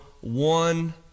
one